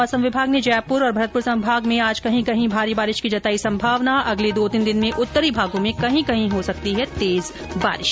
मौसम विभाग ने जयपुर और भरतपुर संभाग में आज कहीं कहीं भारी बारिश की जताई संभावना अगले दो तीन दिन में उत्तरी भागों में कहीं कहीं हो सकती है तेज बारिश